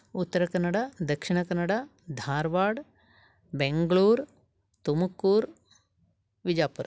Uttara Kannada Dakshina Kannada Dharwad Bangalore Tumkur Vijapur